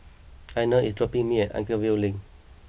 Einar is dropping me off at Anchorvale Link